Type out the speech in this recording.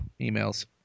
emails